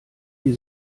die